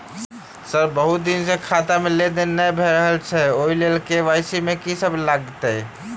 Sir बहुत दिन सऽ खाता मे लेनदेन नै भऽ रहल छैय ओई लेल के.वाई.सी मे की सब लागति ई?